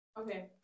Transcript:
Okay